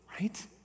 right